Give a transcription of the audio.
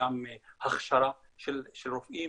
גם הכשרה של רופאים,